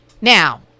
now